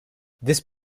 this